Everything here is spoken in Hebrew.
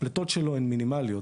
הפליטות שלו הן מינימליות,